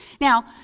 Now